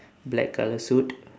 black colour suit